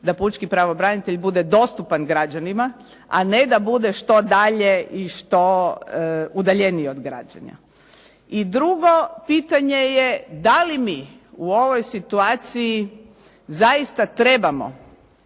da pučki pravobranitelj bude dostupan građanima a ne da bude što dalje i što udaljeniji od građana. I drugo pitanje je da li mi u ovoj situaciji zaista trebamo